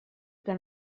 que